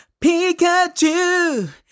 Pikachu